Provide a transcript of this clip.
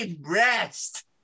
breast